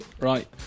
Right